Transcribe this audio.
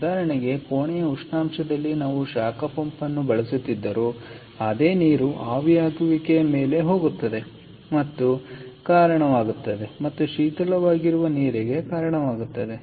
ಉದಾಹರಣೆಗೆ ಕೋಣೆಯ ಉಷ್ಣಾಂಶದಲ್ಲಿ ನಾವು ಶಾಖ ಪಂಪ್ ಅನ್ನು ಬಳಸುತ್ತಿದ್ದರೂ ಅದೇ ನೀರು ಆವಿಯಾಗುವಿಕೆಯ ಮೇಲೆ ಹೋಗುತ್ತದೆ ಮತ್ತು ಕಾರಣವಾಗುತ್ತದೆ ಮತ್ತು ಶೀತಲವಾಗಿರುವ ನೀರಿಗೆ ಕಾರಣವಾಗುತ್ತದೆ